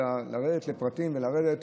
אלא לרדת לפרטים ולרדת